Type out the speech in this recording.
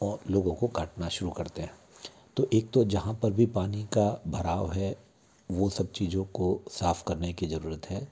और लोगों को काटना शुरू करते हैं तो एक तो जहाँ पर भी पानी का भराव है वो सब चीज़ों को साफ़ करने की ज़रूरत है